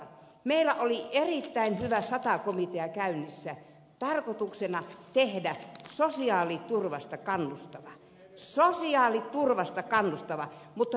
meillä oli erittäin hyvä sata komitea käynnissä tarkoituksena tehdä sosiaaliturvasta kannustava sosiaaliturvasta kannustava mutta miten kävi